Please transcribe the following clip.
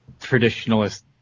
traditionalist